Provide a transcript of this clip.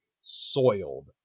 soiled